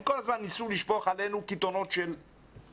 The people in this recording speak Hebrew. הם כל הזמן ניסו לשפוך עלינו קיתונות לעיתים